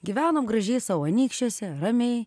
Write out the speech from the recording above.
gyvenom gražiai sau anykščiuose ramiai